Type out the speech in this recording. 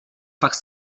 fakt